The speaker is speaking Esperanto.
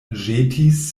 ĵetis